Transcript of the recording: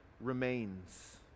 remains